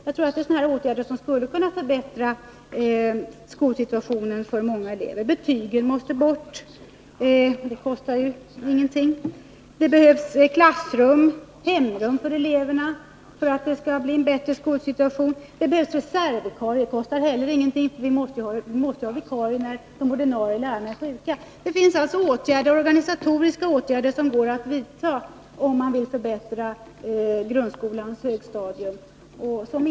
Jag tror att man med sådana åtgärder skulle kunna förbättra skolsituationen för många elever. Betygen måste bort — det kostar ju ingenting att genomföra. Det behövs klassrum och hemrum för eleverna för att det skall bli en bättre skolsituation. Det behövs reservvikarier — det kostar heller ingenting, eftersom vi ju måste ha vikarier när de ordinarie lärarna är sjuka. Det går alltså att vidta organisatoriska åtgärder som inte är speciellt kostnadskrävande, om man vill förbättra grundskolans högstadium.